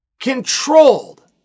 controlled